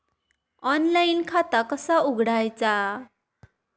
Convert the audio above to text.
Online खाता कसा उघडायचा?